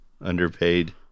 underpaid